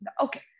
Okay